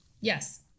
Yes